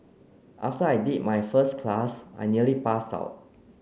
after I did my first class I nearly passed out